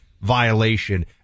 violation